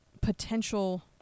potential